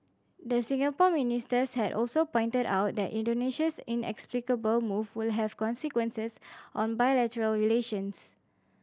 the Singapore ministers had also pointed out that Indonesia's inexplicable move will have consequences on bilateral relations